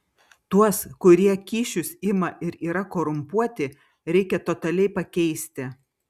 tuos kurie kyšius ima ir yra korumpuoti reikia totaliai pakeisti